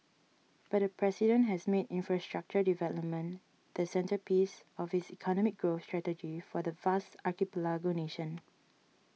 but the president has made infrastructure development the centrepiece of his economic growth strategy for the vast archipelago nation